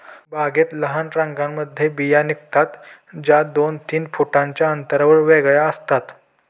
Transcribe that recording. बागेत लहान रांगांमध्ये बिया निघतात, ज्या दोन तीन फुटांच्या अंतरावर वेगळ्या असतात